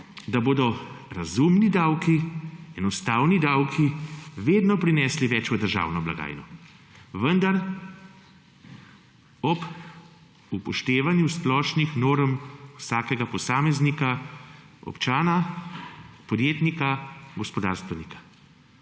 da bodo razumni davki, enostavni davki vedno prinesli več v državno blagajno, vendar ob upoštevanju splošnih norm vsakega posameznika, občana, podjetnika, gospodarstvenika.